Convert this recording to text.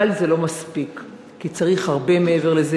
אבל זה לא מספיק כי צריך הרבה מעבר לזה,